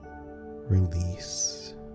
release